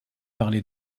parler